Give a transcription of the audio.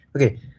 Okay